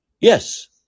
Yes